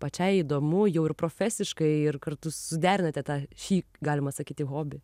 pačiai įdomu jau ir profesiškai ir kartu suderinate tą šį galima sakyti hobį